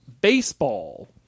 Baseball